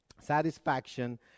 Satisfaction